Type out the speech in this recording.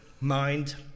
mind